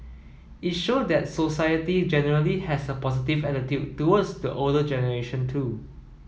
it showed that society generally has a positive attitude towards the older generation too